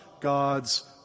God's